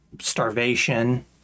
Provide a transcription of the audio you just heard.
starvation